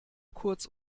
kurz